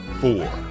four